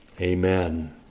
Amen